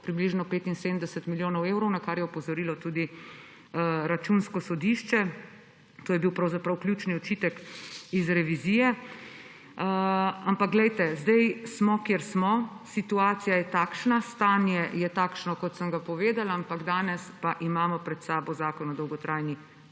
približno 75 milijonov evrov, na kar je opozorilo tudi Računsko sodišče. To je bil pravzaprav ključni očitek iz revizije, ampak sedaj smo, kjer smo. Situacija je takšna, stanje je takšno, kot sem ga povedala, ampak danes pa imamo pred seboj zakon o dolgotrajni